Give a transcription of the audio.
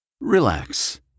Relax